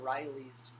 Riley's